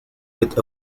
with